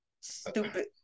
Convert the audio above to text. stupid